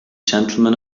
gentlemen